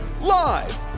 Live